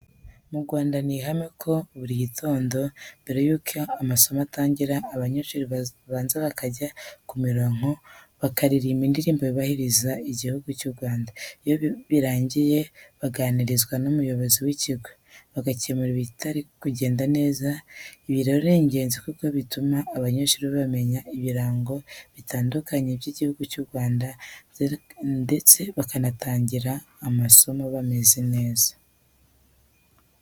Mu Rwanda ni ihame ko buri gitondo mbere yuko amasomo atangira, abanyeshuri babanza bakanja ku mirongo maze bakaririmba indirimbo yubahiriza Igihugu cy'u Rwanda. Iyo birangiye baganirizwa n'umuyobozi w'ikigo, bagakemura ibitari kugenda neza. Ibi rero ni ingenzi kuko bituma abanyeshuri bamenya ibirango bitandukanye by'Igihugu cyabo ndetse bakanatangira amasomo bameze neza.